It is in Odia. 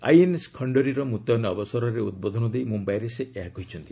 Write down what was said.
ଆଇଏନ୍ଏସ୍ ଖଣ୍ଡେରୀର ମୁତ୍ୟନ ଅବସରରେ ଉଦ୍ବୋଧନ ଦେଇ ମୁମ୍ୟାଇରେ ସେ ଏହା କହିଛନ୍ତି